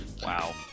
Wow